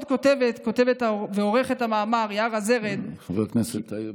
חבר הכנסת טייב,